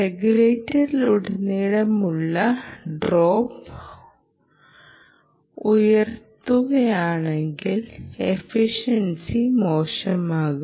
റെഗുലേറ്ററിലുടനീളമുള്ള drop ഉയർന്നതാണെങ്കിൽ എഫിഷൻസിയെ മോശമാക്കും